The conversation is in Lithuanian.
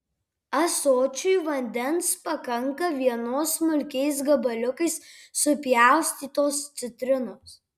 ąsočiui vandens pakanka vienos smulkiais gabaliukais supjaustytos citrinos